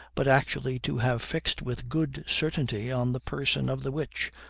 but actually to have fixed with good certainty on the person of the witch,